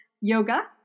yoga